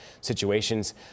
situations